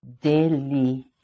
daily